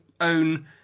own